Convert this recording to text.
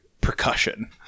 percussion